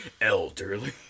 Elderly